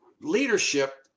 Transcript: leadership